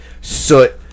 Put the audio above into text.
Soot